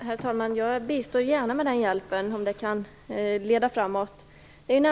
Herr talman! Jag bistår gärna med den hjälpen om det kan leda framåt.